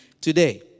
today